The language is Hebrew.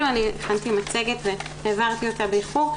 הכנתי מצגת והעברתי אותה באיחור,